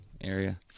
area